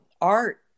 art